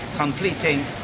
completing